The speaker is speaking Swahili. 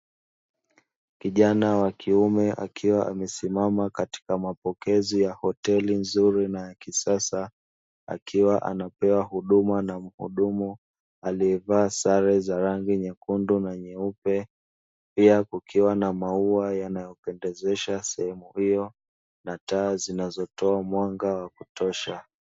Kijana wa kiume akiwa amesimama katika mapokezi ya hoteli nzuri na ya kisasa, akiwa anapewa huduma na muhudumu aliyevaa sare za rangi nyekundu na nyeupe, pia kukiwa na maua yanayopendezesha sehemu hiyo na taa zinazotoa mwanga wa kutosha.